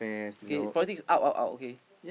okay politics out out out okay